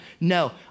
no